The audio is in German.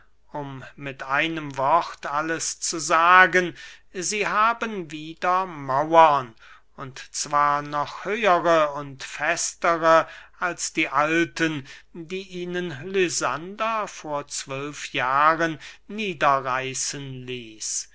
um mit einem wort alles zu sagen sie haben wieder mauern und zwar noch höhere und festere als die alten die ihnen lysander vor zwölf jahren niederreißen ließ